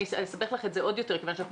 אני אסבך לך את זה עוד יותר כיוון שאנחנו